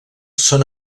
són